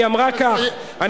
היא אמרה כך.